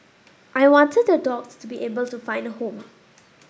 I wanted the dogs to be able to find a home